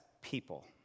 people